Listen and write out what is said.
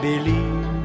believe